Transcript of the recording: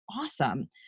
awesome